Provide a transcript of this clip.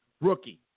rookie